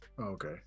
Okay